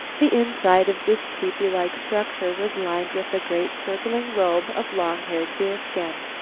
the inside of this tepee-like structure was lined with a great circling robe of long-haired deerskin.